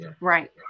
Right